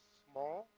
small